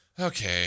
Okay